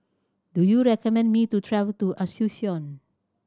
do you recommend me to travel to Asuncion